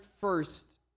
first